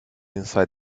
inside